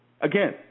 again